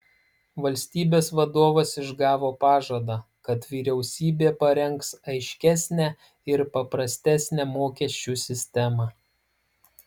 valstybės vadovas išgavo pažadą kad vyriausybė parengs aiškesnę ir paprastesnę mokesčių sistemą